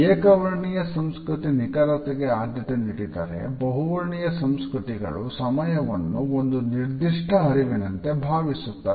ಏಕವರ್ಣೀಯ ಸಂಸ್ಕೃತಿ ನಿಖರತೆಗೆ ಆದ್ಯತೆ ನೀಡಿದರೆ ಬಹುವರ್ಣೀಯ ಸಂಸ್ಕೃತಿಗಳು ಸಮಯವನ್ನು ಒಂದು ನಿರ್ದಿಷ್ಟ ಹರಿವಿನಂತೆ ಭಾವಿಸುತ್ತದೆ